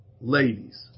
ladies